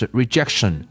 rejection